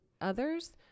others